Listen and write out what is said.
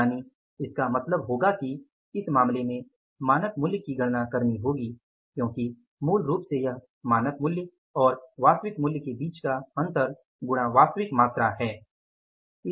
यानि इसका मतलब होगा कि इस मामले में मानक मूल्य की गणना करनी होगी क्योंकि मूल रूप से यह मानक मूल्य और वास्तविक मूल्य के बीच का अंतर गुणा वास्तविक मात्रा है